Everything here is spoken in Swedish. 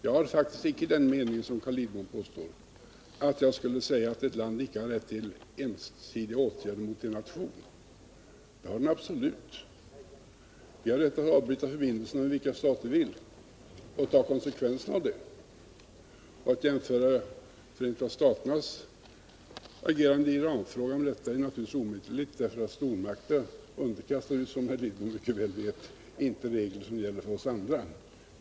Jag har faktiskt icke den mening Carl Lidbom påstår att jag skulle ha, att ett land icke har rätt till ensidiga åtgärder mot en nation. Det har det absolut. Vi har rätt att avbryta förbindelserna med vilken stat vi vill och ta konsekvenserna av det. Att jämföra Förenta staternas agerande i Iranfrågan med detta är naturligtvis icke tillämpligt, för stormakterna underkastar sig, som herr Lidbom mycket väl vet, inte regler som gäller för oss andra.